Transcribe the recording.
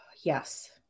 Yes